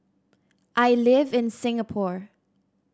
I live in Singapore